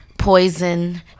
Poison